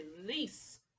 release